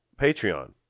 Patreon